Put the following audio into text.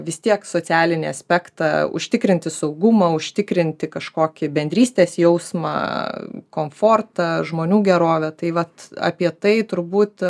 vis tiek socialinį aspektą užtikrinti saugumą užtikrinti kažkokį bendrystės jausmą komfortą žmonių gerovę tai vat apie tai turbūt